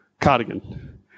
cardigan